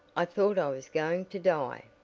i thought i was going to die.